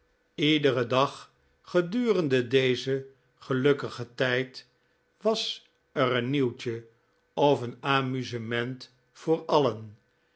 lederen dag gedurende dezen gelukkigen tijd was er een nieuwtje of een amusement voor alien